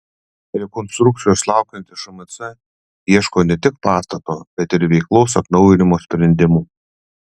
rekonstrukcijos laukiantis šmc ieško ne tik pastato bet ir veiklos atnaujinimo sprendimų